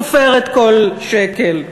סופרת כל שקל,